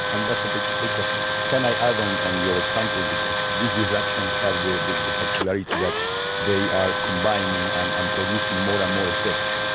and that's a big big difference. can i add on on your example, because these disruptions have the the peculiarity that they are combining and um producing more and more effects.